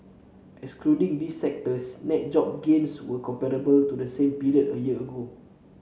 excluding these sectors net job gains were comparable to the same period a year ago